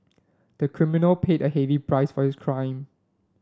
the criminal paid a heavy price for his crime